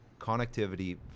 connectivity